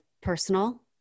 personal